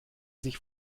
sich